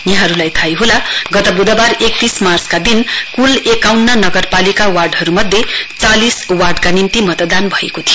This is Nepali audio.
यहाँहरूलाई थाहै होला गत बुधबार एकतीस मार्चका दिन कुल एकाउन्न नगरपालिका वार्डहरूमध्ये चालिस वार्डका निम्ति मतदान भएको थियो